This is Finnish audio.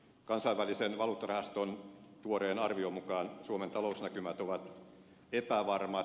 kansainvälisen valuuttarahaston tuoreen arvion mukaan suomen talousnäkymät ovat epävarmat